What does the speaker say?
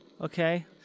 Okay